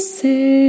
say